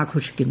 ആഘോഷിക്കുന്നു